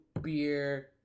beer